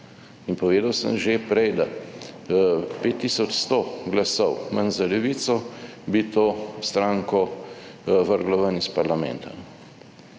Povedal sem že prej, da 5 tisoč 100 glasov manj za Levico bi to stranko vrglo ven iz parlamenta.